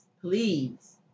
please